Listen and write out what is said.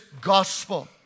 gospel